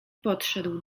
podszedł